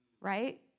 right